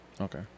Okay